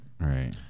Right